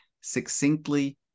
succinctly